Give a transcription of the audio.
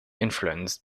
influenced